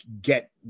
get